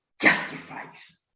justifies